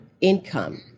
income